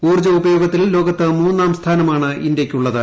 ഉൌർജ്ജ ഉപയോഗത്തിൽ ലോകത്ത് മൂന്നാം സ്ഥാനമാണ് ഇന്ത്യയ്ക്കുള്ളത്